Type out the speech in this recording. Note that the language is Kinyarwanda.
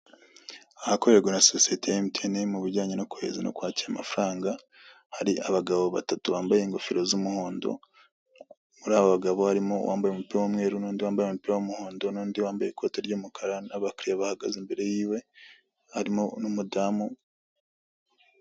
Ahakorerwa na sosete ya MTN mubijyanye nokuhoreza nokwakira amafaranga, hari abagabo batatu bambaye ingofe z'umuhondo muri ab'abagabo harimo uwamabye umupira w'umweru nundi wambaye umupira w'umuhondo nundi wamabye ikote ry'umukara nabakirya bahagaze imbere yiwe harimo n'umudamu.